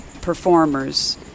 performers